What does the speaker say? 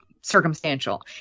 circumstantial